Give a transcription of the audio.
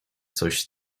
coś